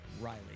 Riley